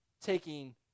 taking